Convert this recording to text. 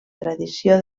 tradició